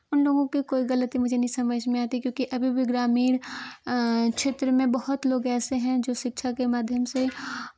उन लोगों की कोई गलती मुझे नहीं समझ में आती क्योंकि अभी भी ग्रामीण क्षेत्र में बहुत लोग ऐसे हैं जो शिक्षा के माध्यम से